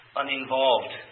uninvolved